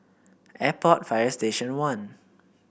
Airport Fire Station One